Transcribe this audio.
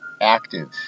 active